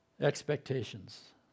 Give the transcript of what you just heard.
Expectations